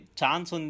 chance